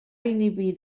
inhibir